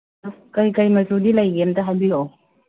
ꯀꯔꯤ ꯀꯔꯤ ꯃꯆꯨꯗꯤ ꯂꯩꯒꯦ ꯑꯝꯇ ꯍꯥꯏꯕꯤꯔꯛꯑꯣ